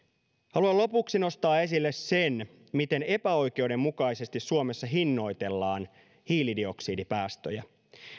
haluan lopuksi nostaa esille sen miten epäoikeudenmukaisesti suomessa hinnoitellaan hiilidioksidipäästöjä